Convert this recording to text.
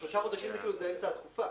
אז שלושה חודשים זה אמצע התקופה.